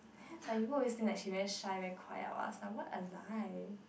like people always think like she very shy very quiet lah I was like what a lie